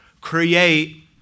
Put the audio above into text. create